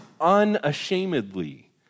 unashamedly